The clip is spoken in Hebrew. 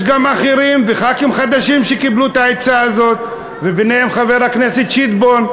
יש גם ח"כים חדשים אחרים שקיבלו את העצה הזאת וביניהם חבר הכנסת שטבון.